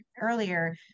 earlier